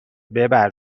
ببر